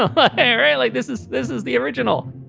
ah but like this is this is the original